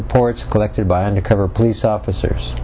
reports collected by undercover police officers